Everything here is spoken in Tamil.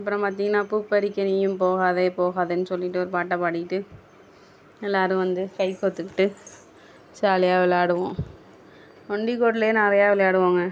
அப்றம் பார்த்தீங்கன்னா பூ பறிக்க நீயும் போகாதே போகாதேன்னு சொல்லிவிட்டு ஒரு பாட்டை பாடிகிட்டு எல்லோரும் வந்து கை கோர்த்துகிட்டு ஜாலியாக விளாடுவோம் நொண்டிகோட்டுலேயே நிறையா விளையாடுவோங்க